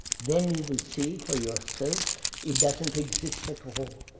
then you will see for yourself it doesn't exist at all.